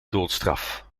doodstraf